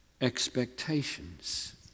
expectations